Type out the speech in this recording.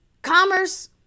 commerce